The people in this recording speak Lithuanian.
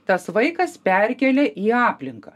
tas vaikas perkelia į aplinką